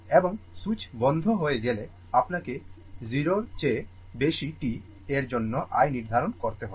এবং সুইচ বন্ধ হয়ে গেলে আপনাকে 0 এর চেয়ে বেশি t এর জন্য i নির্ধারণ করতে হবে